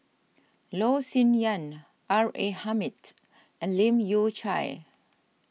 Loh Sin Yun R A Hamid and Leu Yew Chye